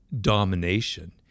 domination